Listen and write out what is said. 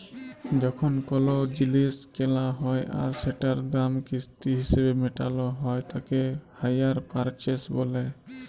যখন কোলো জিলিস কেলা হ্যয় আর সেটার দাম কিস্তি হিসেবে মেটালো হ্য়য় তাকে হাইয়ার পারচেস বলে